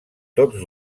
tots